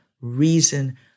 reason